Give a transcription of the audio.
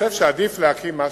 חושב שעדיף להקים משהו,